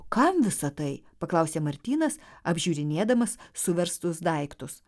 kam visa tai paklausė martynas apžiūrinėdamas suverstus daiktus